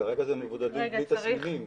כרגע אלה מבודדים בלי תסמינים.